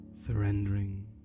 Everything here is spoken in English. surrendering